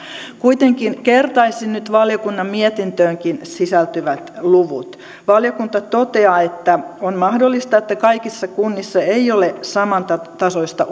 kuitenkin kertaisin nyt valiokunnan mietintöönkin sisältyvät luvut valiokunta toteaa on mahdollista että kaikissa kunnissa ei ole samantasoista